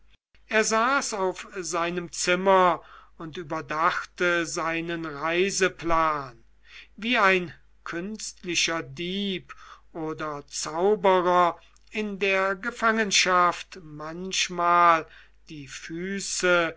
er saß auf seinem zimmer und überdachte seinen reiseplan wie ein künstlicher dieb oder zauberer in der gefangenschaft manchmal die füße